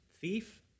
thief